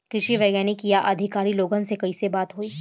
कृषि वैज्ञानिक या अधिकारी लोगन से कैसे बात होई?